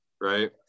right